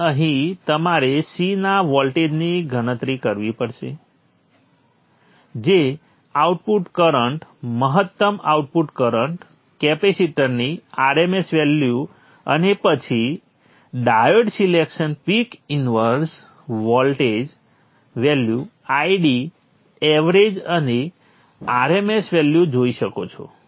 પછી અહીં તમારે C ના વોલ્ટેજની ગણતરી કરવી પડશે જે આઉટપુટ કરંટ મહત્તમ આઉટપુટ કરંટ કેપેસિટરની RMS વેલ્યુ અને પછી diode selection peak inverse voltage value Id average અને RMS વેલ્યુ જોઇ શકો છો